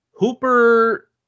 Hooper